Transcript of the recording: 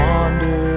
Wander